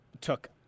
took